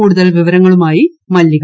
കൂടുതൽ വിവരങ്ങളുമായി മല്ലിക